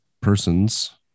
persons